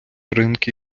ринки